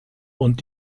und